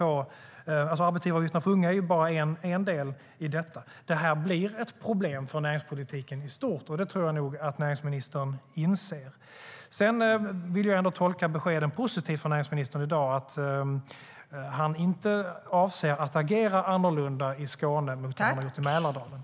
Arbetsgivaravgifterna för unga är bara en del i detta. Det här blir ett problem för näringspolitiken i stort. Det tror jag nog att näringsministern inser. Sedan vill jag tolka näringsministerns besked i dag positivt, att han inte avser att agera annorlunda i Skåne än i Mälardalen.